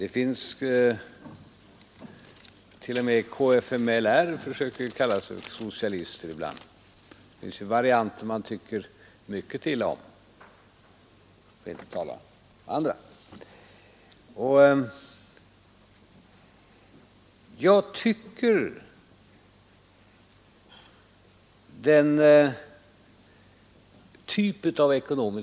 T. o. m. medlemmarna av kfml försöker kalla sig socialister ibland, för att inte tala om andra, så det finns varianter man tycker mycket illa om.